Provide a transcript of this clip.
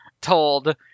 told